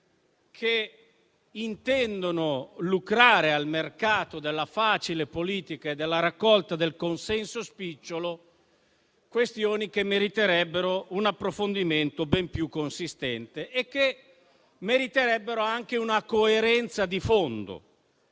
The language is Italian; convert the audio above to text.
che intende lucrare al mercato della facile politica e della raccolta del consenso spicciolo su questioni che meriterebbero un approfondimento ben più consistente e anche una coerenza di fondo.